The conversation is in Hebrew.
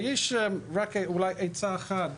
ויש לי רק אולי עצה אחת